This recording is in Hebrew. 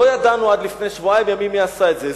לא ידענו עד לפני שבועיים ימים מי עשה את זה.